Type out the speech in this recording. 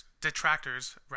detractors